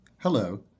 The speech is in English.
Hello